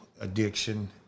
addiction